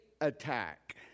attack